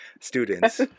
students